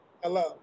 Hello